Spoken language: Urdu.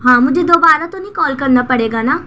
ہاں مجھے دوبارہ تو نہیں کال کرنا پڑے گا نا